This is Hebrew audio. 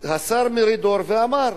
השר מרידור, ואמר: